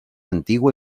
antigua